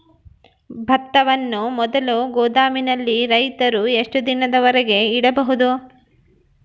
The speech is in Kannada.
ಭತ್ತವನ್ನು ಮೊದಲು ಗೋದಾಮಿನಲ್ಲಿ ರೈತರು ಎಷ್ಟು ದಿನದವರೆಗೆ ಇಡಬಹುದು?